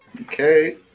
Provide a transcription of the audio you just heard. Okay